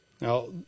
Now